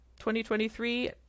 2023